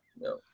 No